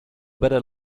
better